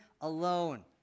alone